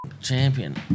champion